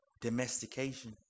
domestication